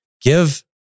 Give